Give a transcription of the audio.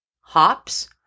hops